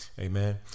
Amen